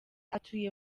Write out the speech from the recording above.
atuye